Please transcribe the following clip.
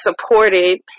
supported